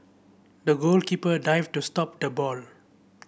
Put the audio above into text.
the goalkeeper dived to stop the ball